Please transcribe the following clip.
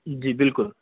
جی بالکل